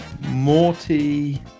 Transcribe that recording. morty